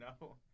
no